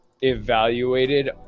evaluated